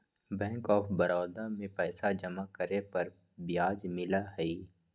bank of Baroda में पैसा जमा करे पर ब्याज मिला हई